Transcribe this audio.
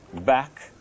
back